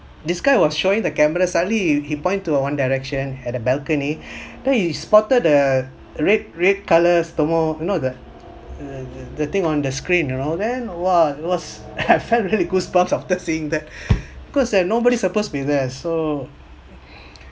this guy was showing the cameras suddenly he he point to a one direction at the balcony then he spotted the red red colour's thermo you know the the the the thing on the screen you know then !wah! it was I felt really goosebumps after seeing that because there nobody's supposed to be there so